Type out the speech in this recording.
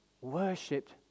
worshipped